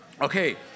Okay